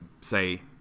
say